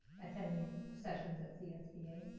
attending sessions at csba.